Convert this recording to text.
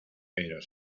pero